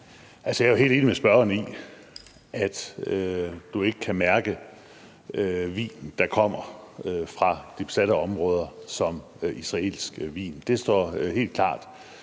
Jeg er jo helt enig med spørgeren i, at du ikke kan mærke vin, der kommer fra de besatte områder, som israelsk vin; det står helt klart.